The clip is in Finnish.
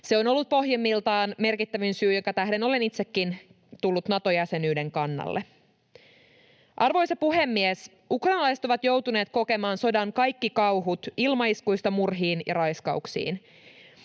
Se on ollut pohjimmiltaan merkittävin syy, jonka tähden olen itsekin tullut Nato-jäsenyyden kannalle. Arvoisa puhemies! Ukrainalaiset ovat joutuneet kokemaan sodan kaikki kauhut ilmaiskuista murhiin ja raiskauksiin.